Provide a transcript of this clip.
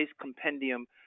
compendium